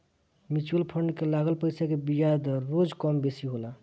mutual fund के लागल पईसा के बियाज दर रोज कम बेसी होला